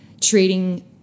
treating